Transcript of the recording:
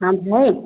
ହଁ ଭାଇ